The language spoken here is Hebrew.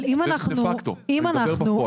זה פקטו, אני מדבר בפועל.